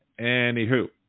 Anywho